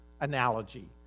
analogy